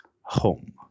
home